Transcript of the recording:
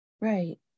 Right